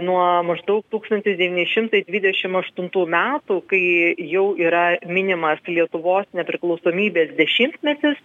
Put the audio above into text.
nuo maždaug tūkstantis devyni šimtai dvidešim aštuntų metų kai jau yra minimas lietuvos nepriklausomybės dešimtmetis